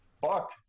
fuck